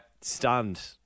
stunned